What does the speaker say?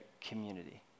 community